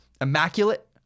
immaculate